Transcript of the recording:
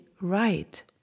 right